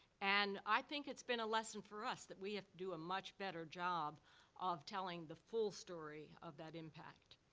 and i think it's been a lesson for us, that we have to do a much better job of telling the full story of that impact.